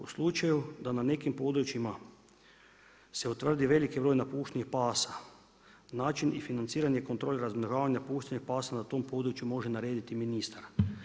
U slučaju da na nekim područjima se utvrdi veliki broj napuštenih pasa, način i financiranje kontrole razmnožavanja napuštenih pasa na tom području može narediti ministar.